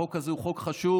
החוק הזה הוא חוק חשוב.